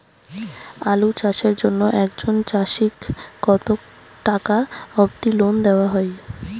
আলু চাষের জন্য একজন চাষীক কতো টাকা অব্দি লোন দেওয়া হয়?